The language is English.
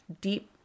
deep